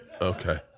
Okay